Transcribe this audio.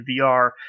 VR